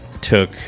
took